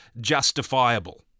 justifiable